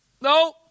No